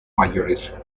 mayores